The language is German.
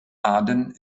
aden